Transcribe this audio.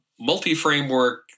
multi-framework